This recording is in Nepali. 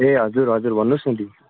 ए हजुर हजुर भन्नुहोस् न दी